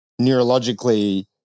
neurologically